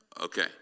Okay